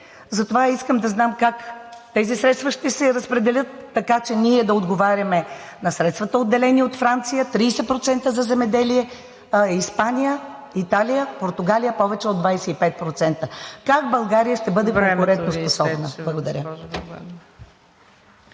Затова искам да знам как тези средства ще се разпределят, така че ние да отговаряме на средствата, отделени от Франция – 30% за земеделие, Испания, Италия, Португалия – повече от 25%? Как България ще бъде конкурентоспособна? Благодаря.